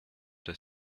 the